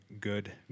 good